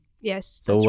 Yes